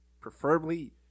preferably